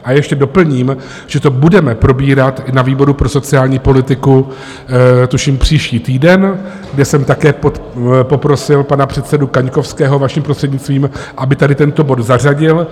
A ještě doplním, že to budeme probírat na výboru pro sociální politiku tuším příští týden, kde jsem také poprosil pana předsedu Kaňkovského, vaším prostřednictvím, aby tady tento bod zařadil.